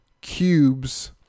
cubes